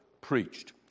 preached